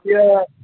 এতিয়া